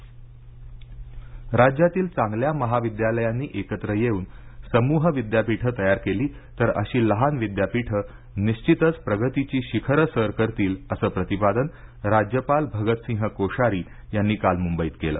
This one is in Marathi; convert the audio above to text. राज्यपाल राज्यातील चांगल्या महाविद्यालयांनी एकत्र येऊन समूह विद्यापीठं तयार केली तर अशी लहान विद्यापीठं निश्वितच प्रगतीची शिखरं सर करतील असं प्रतिपादन राज्यपाल भगतसिंह कोश्यारी यांनी काल मुंबईत केलं